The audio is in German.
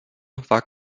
war